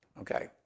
Okay